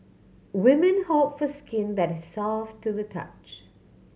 women hope for skin that is soft to the touch